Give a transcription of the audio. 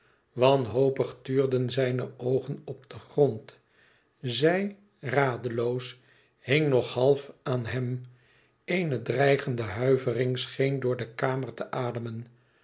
wanhopig tuurden zijne oogen op den grond zij radeloos hing nog half aan hem eene dreigende huivering scheen door de kamer te ademen